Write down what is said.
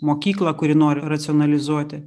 mokyklą kuri nori racionalizuoti